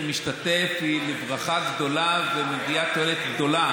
משתתף היא לברכה גדולה ומביאה תועלת גדולה,